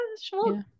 sure